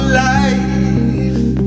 life